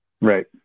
Right